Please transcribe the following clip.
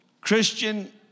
Christian